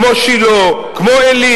כמו שילה,